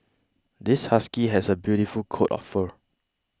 this husky has a beautiful coat of fur